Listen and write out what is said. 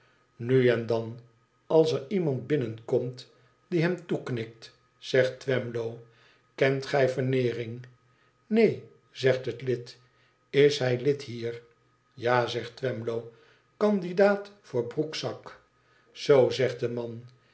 nu en dan als er iemand binnenkomt die hemtoeknikt zegt twemlow kent gij veneering neen zegt het lid is hij lid hier ja zegt twemlow icandidaat voor broekzak zoo zegt de man